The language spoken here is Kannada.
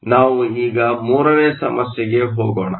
ಆದ್ದರಿಂದ ನಾವು ಈಗ 3ನೇ ಸಮಸ್ಯೆಗೆ ಹೋಗೋಣ